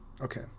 Okay